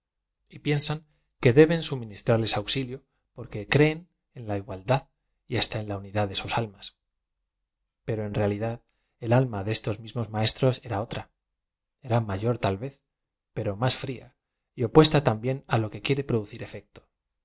y píensan que deben suministrarles auxilio porque creen en la igualdad y hasta en la unidad de sus almas pero en realidad el alm a de estos mismos maestros era otra era m ayor ta l vez pero más fria y opuesta tam bién á lo que quiere producir efecto